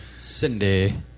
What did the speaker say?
Cindy